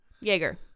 Jaeger